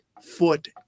foot